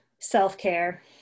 self-care